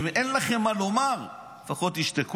אם אין לכם מה לומר, לפחות תשתקו.